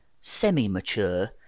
semi-mature